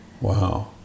Wow